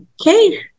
Okay